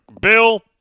Bill